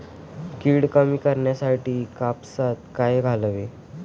कीड कमी करण्यासाठी कापसात काय घालावे?